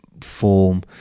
form